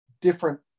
different